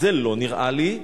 זה לא נראה לי,